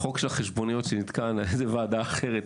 החוק של החשבוניות שנתקע זה ועדה אחרת,